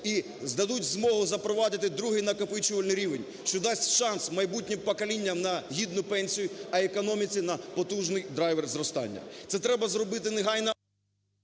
і дадуть змогу запровадити другий накопичувальний рівень, що дасть шанс майбутнім поколінням на гідну пенсію, а економіці на потужний драйвер зростання. Це треба зробити негайно…